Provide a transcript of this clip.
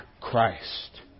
Christ